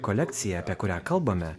kolekcija apie kurią kalbame